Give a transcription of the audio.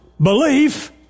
belief